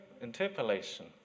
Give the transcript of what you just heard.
interpolation